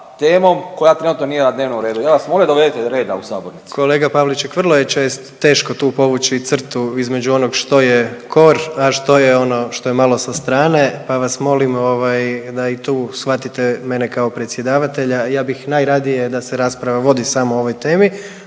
temom koja trenutno nije na dnevno redu. Ja bi vas molio da uvedete reda u sabornici. **Jandroković, Gordan (HDZ)** Kolega Paviliček vrlo je često, teško tu povući crtu između onoga što je kor, a što je ono što je malo sa strane, pa vas molim ovaj da i tu shvatite mene kao predsjedavatelja. Ja bih najradije da se rasprava vodi samo o ovoj temi,